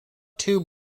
tube